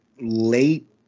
late